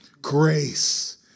Grace